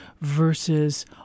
versus